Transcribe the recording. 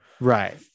Right